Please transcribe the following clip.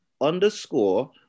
underscore